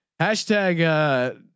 hashtag